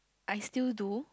I still do